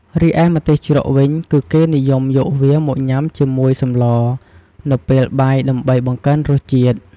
រីឯម្ទេសជ្រក់វិញ គឺគេនិយមយកវាមកញ៉ាំជាមួយសម្លរនៅពេលបាយដើម្បីបង្កើនរសជាតិ។